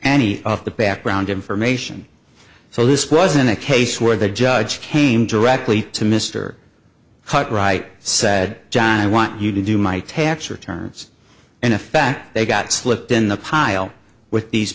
any of the background information so this wasn't a case where the judge came directly to mr cut right said john i want you to do my tax returns and the fact they got slipped in the pile with these